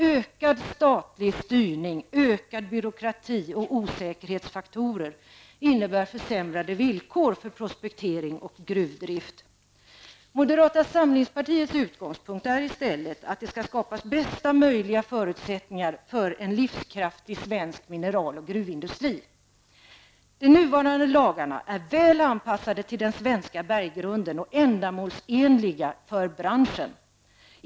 Ökad statlig styrning, ökad byråkrati och osäkerhetsfaktorer innebär försämrade villkor för prospektering och gruvdrift. Moderata samlingspartiets utgångspunkt är i stället att det skall skapas bästa möjliga förutsättningar för en livskraftig svensk mineral och gruvindustri. De nuvarande lagarna är väl anpassade till den svenska berggrunden och ändamålsenliga för branschen.